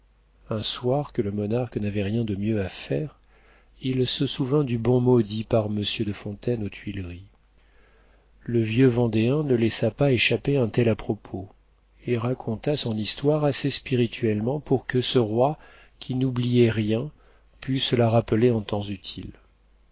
un soir que le monarque n'avait rien de mieux à faire il se souvint du bon mot dit par monsieur de fontaine aux tuileries le vieux vendéen ne laissa pas échapper un tel à-propos et raconta son histoire assez spirituellement pour que ce roi qui n'oubliait rien pût se la rappeler en temps utile